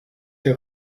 der